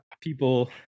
people